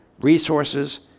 resources